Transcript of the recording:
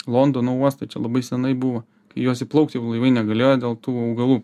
londono uoste čia labai seniai buvo į juos įplaukt jau laivai negalėjo dėl tų augalų